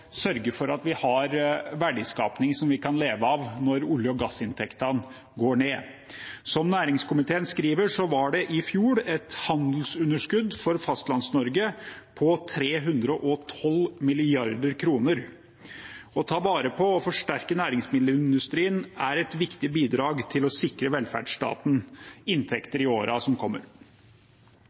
sørge for at vi har verdiskaping som vi kan leve av når olje- og gassinntektene går ned. Som næringskomiteen skriver, var det i fjor et handelsunderskudd for Fastlands-Norge på 312 mrd. kr. Å ta vare på og forsterke næringsmiddelindustrien er et viktig bidrag til å sikre velferdsstaten inntekter i årene som kommer.